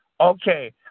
Okay